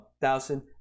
thousand